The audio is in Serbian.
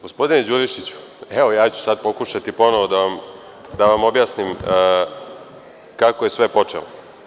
Gospodine Đurišiću, evo ja ću sad pokušati ponovo da vam dam objasnim kako je sve počelo.